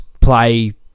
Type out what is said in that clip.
play